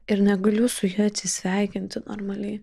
ir negaliu su ja atsisveikinti normaliai